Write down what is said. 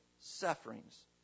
sufferings